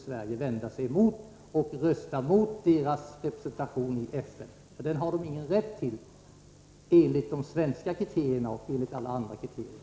Sverige borde rösta mot denna representation i FN, för den har man ingen rätt till, varken enligt de svenska kriterierna eller några andra kriterier.